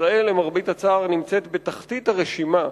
ישראל, למרבה הצער, נמצאת בתחתית הרשימה